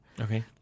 Okay